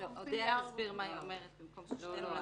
עכשיו --- אודיה תסביר מה היא אומרת במקום ששתינו נסביר.